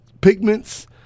pigments